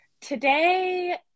today